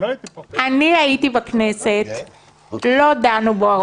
אני הייתי בכנסת, לא דנו בו הרבה.